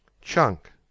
Chunk